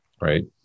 right